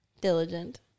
Diligent